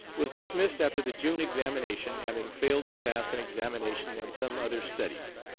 was dismissed after the june examination, having failed to pass an examination in some other studies.